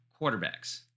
quarterbacks